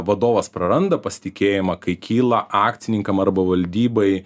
vadovas praranda pasitikėjimą kai kyla akcininkam arba valdybai